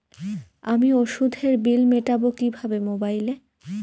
আমি ওষুধের বিল মেটাব কিভাবে মোবাইলে?